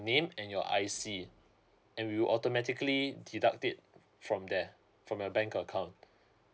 name and your I_C and we will automatically deduct it from there from your bank account